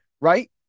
right